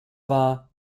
war